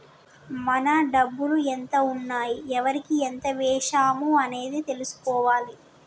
మన డబ్బులు ఎంత ఉన్నాయి ఎవరికి ఎంత వేశాము అనేది తెలుసుకోవాలే